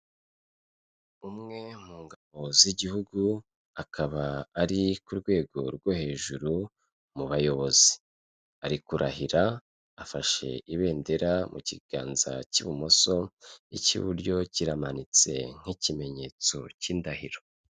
Umwe mu ngabo z'igihugu, akaba ari ku rwego rwo hejuru mu bayobozi, ari kurahira afashe ibendera mu kiganza cy'ibumoso, icy'iburyo kiramanitse nk'ikimenyetso cy'indahiro.